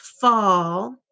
fall